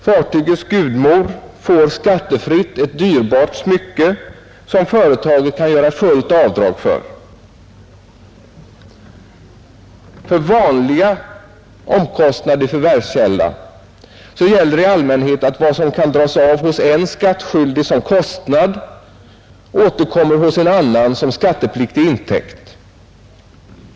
Fartygets gudmor får skattefritt ett dyrbart smycke, som företaget kan göra fullt avdrag för. För vanliga omkostnader i förvärvskällan gäller i allmänhet att vad som kan dras av hos en skattskyldig som kostnad återkommer hos en annan som skattepliktig intäkt.